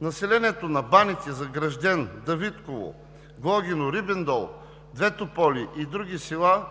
Населението на Баните, Загражден, Давидково, Глогино, Рибен дол, Две тополи и други села,